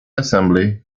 assembly